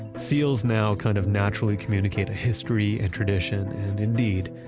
seals now kind of naturally communicate history and tradition and indeed,